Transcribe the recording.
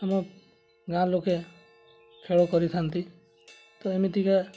ଆମ ଗାଁ ଲୋକେ ଖେଳ କରିଥାନ୍ତି ତ ଏମିତିକା